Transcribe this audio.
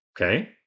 Okay